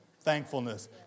thankfulness